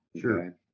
Sure